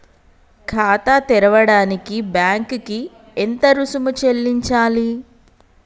ఖాతా తెరవడానికి బ్యాంక్ కి ఎంత రుసుము చెల్లించాలి?